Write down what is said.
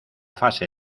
fase